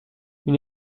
une